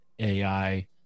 ai